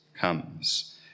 comes